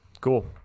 Cool